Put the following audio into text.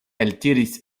eltiris